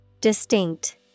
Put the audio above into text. Distinct